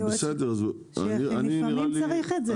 לפעמים צריך את זה.